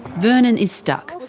vernon is stuck.